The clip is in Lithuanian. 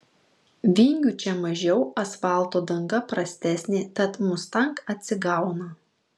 vingių čia mažiau asfalto danga prastesnė tad mustang atsigauna